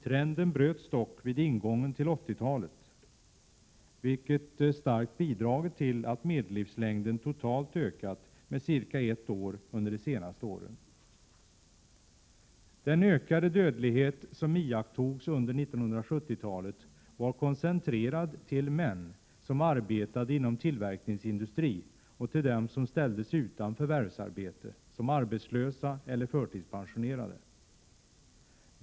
Trenden bröts dock vid ingången av 80-talet, vilket starkt bidragit till att medellivslängden totalt ökat med cirka ett år under de senaste åren. Den ökade dödlighet som iakttogs under 1970-talet var koncentrerad till män som arbetade inom tillverkningsindustri och till dem som ställdes utan förvärvsarbete, som arbetslösa eller förtidspensionerade.